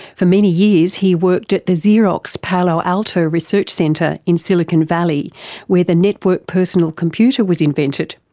for many years he worked at the xerox palo alto research centre in silicon valley where the network personal computer was invented.